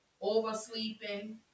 oversleeping